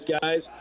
guys